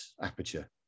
Aperture